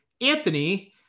Anthony